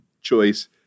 choice